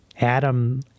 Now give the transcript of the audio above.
Adam